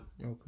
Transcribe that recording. Okay